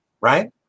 right